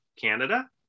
Canada